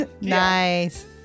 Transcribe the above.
Nice